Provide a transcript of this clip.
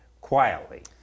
quietly